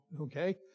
okay